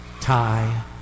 Tie